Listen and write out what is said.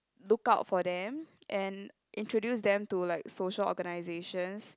look out for them and introduce them to like social organisations